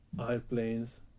airplanes